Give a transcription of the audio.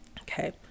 Okay